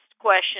question